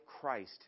Christ